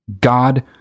God